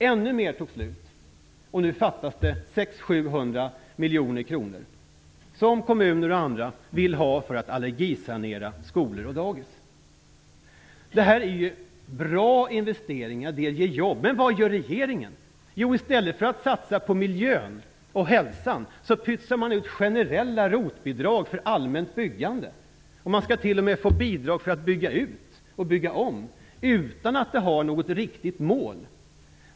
Ännu mer tog slut, och nu fattas det 600-700 miljoner kronor som kommuner och andra vill ha för att allergisanera skolor och dagis. Detta är bra investeringar. De ger jobb. Men vad gör regeringen? Jo, i stället för att satsa på miljön och hälsan pytsar man ut generella ROT-bidrag för ett allmänt byggande. Man skall t.o.m. få bidrag för att bygga ut och bygga om utan att det finns något riktigt mål.